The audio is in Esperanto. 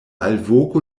alvoko